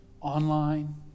online